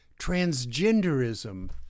transgenderism